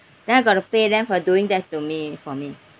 then I got to pay them for doing that to me for me